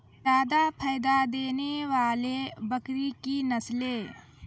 जादा फायदा देने वाले बकरी की नसले?